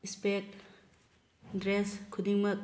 speck dress ꯈꯨꯗꯤꯡꯃꯛ